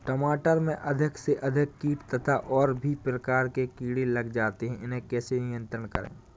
टमाटर में अधिक से अधिक कीट तथा और भी प्रकार के कीड़े लग जाते हैं इन्हें कैसे नियंत्रण करें?